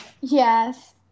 Yes